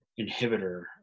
inhibitor